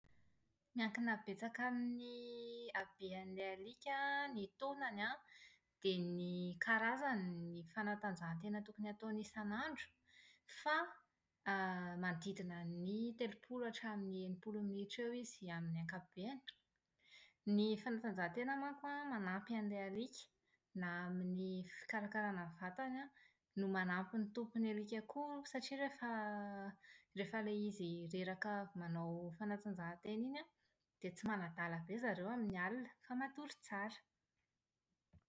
Miankina betsaka amin’ny haben’ilay alika, ny taonany an, dia ny karazany ny fanatanjahantena tokony hataony isanandro fa manodidina ny telopolo hatramin’ny enimpolo minitra eo izy amin’ny ankapobeny. Ny fanatanjahantena mankony an manampy an’ilay alika, na amin’ny fikarakarana ny vatany an, no manampy ny tompon’ny alika koa satria rehefa rehefa ilay izy reraka avy manao fanatanjahantena iny an, dia tsy manadala be ry zareo amin’ny alina fa matory tsara.